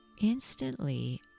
instantly